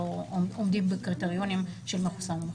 שלא עומדים בקריטריונים של מחוסנים.